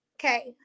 Okay